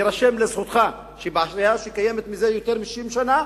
יירשם לזכותך שבעיה שקיימת זה יותר מ-60 שנה